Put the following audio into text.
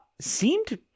seemed